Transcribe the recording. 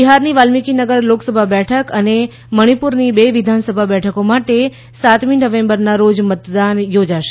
બિહારની વાલ્મીકી નગર લોકસભા બેઠક અને મણિપુરની બે વિધાનસભા બેઠકો માટે સાતમી નવેમ્બરના રોજ મતદાન યોજાશે